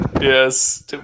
Yes